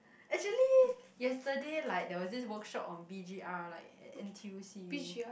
actually yesterday like there was this workshop on b_g_r like at N_T_U C you know